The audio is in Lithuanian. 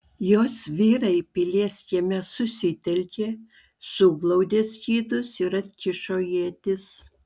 jos vyrai pilies kieme susitelkė suglaudė skydus ir atkišo ietis